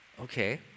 Okay